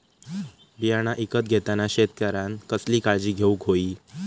बियाणा ईकत घेताना शेतकऱ्यानं कसली काळजी घेऊक होई?